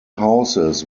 houses